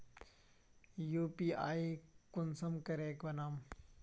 UPI कुंसम करे बनाम?